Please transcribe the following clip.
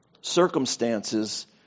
Circumstances